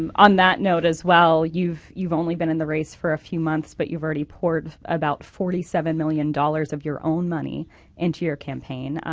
um on that note as well, you've you've only been in the race for a few months but you've already poured about forty seven million dollars of your own money into your campaign.